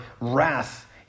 wrath